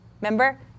Remember